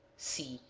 c,